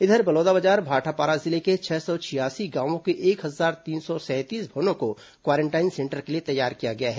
इधर बलौदाबाजार भाटापारा जिले के छह सौ छियासी गांवों के एक हजार तीन सौ सैंतीस भवनों को क्वारेंटाइन सेंटर के लिए तैयार किया गया है